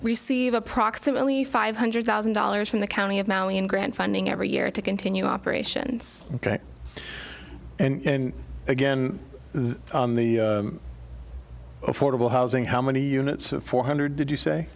receive approximately five hundred thousand dollars from the county of maui and grant funding every year to continue operations and again the affordable housing how many units of four hundred did you say